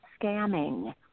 scamming